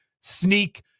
sneak